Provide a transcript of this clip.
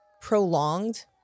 prolonged